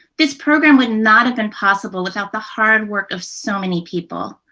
this program would not have been possible without the hard work of so many people.